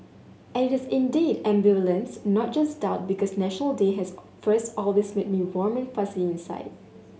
and it is indeed ambivalence not just doubt because National Day has first always made me warm and fuzzy inside